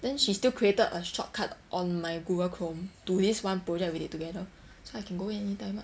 then she still created a shortcut on my google chrome to this one project we did together so I can go in anytime [what]